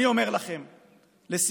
אני אומר לכם לסיכום: